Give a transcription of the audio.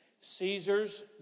Caesar's